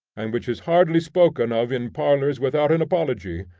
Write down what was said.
and which is hardly spoken of in parlors without an apology,